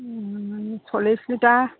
ছলিশ litre